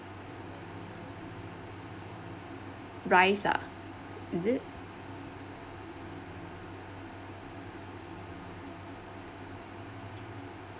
rice ah is it